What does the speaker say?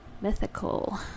mythical